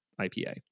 IPA